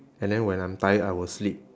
and then when I'm tired I will sleep